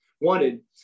wanted